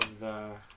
the